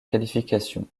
qualifications